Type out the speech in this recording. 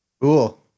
Cool